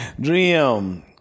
dream